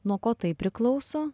nuo ko tai priklauso